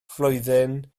flwyddyn